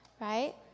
right